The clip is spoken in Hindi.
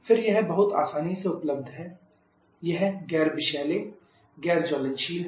फिर यह बहुत आसानी से उपलब्ध है यह गैर विषैले गैर ज्वलनशील है